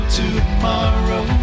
tomorrow